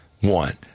One